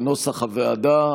כנוסח הוועדה.